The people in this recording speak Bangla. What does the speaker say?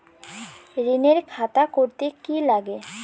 ঋণের খাতা করতে কি লাগে?